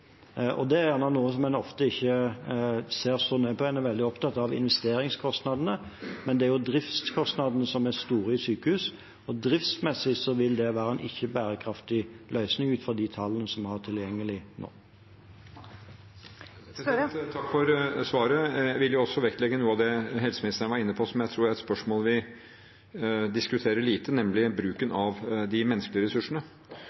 Det er ofte noe en ikke ser så nøye på. En er veldig opptatt av investeringskostnadene, men det er jo driftskostnadene som er store i sykehus. Og driftsmessig vil det være en ikke-bærekraftig løsning, ut fra de tallene vi har tilgjengelig nå. Det åpnes for oppfølgingsspørsmål – først Jonas Gahr Støre. Takk for svaret. Jeg vil også vektlegge noe av det helseministeren var inne på, og som jeg tror er et spørsmål vi diskuterer lite, nemlig bruken av de menneskelige ressursene.